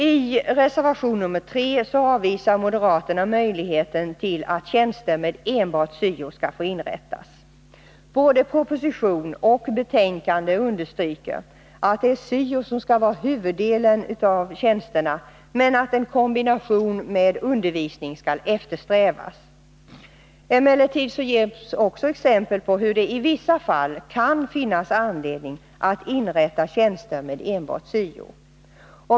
I reservation 3 avvisar moderaterna möjligheten att tjänster med enbart syo skall få inrättas. Både i propositionen och i betänkandet understryks att huvuddelen av tjänsterna skall utgöras av syo-uppgifter men att en kombination med undervisning skall eftersträvas. Emellertid ges också exempel på hur det i vissa fall kan finnas anledning att inrätta tjänster med enbart syo.